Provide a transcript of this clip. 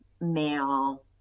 male